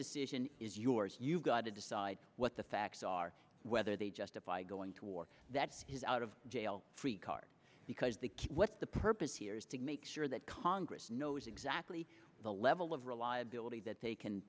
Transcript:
decision is yours you've got to decide what the facts are whether they justify going to war that is out of jail free card because the what the purpose here is to make sure that congress knows exactly the level of reliability that t